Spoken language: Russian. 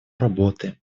работы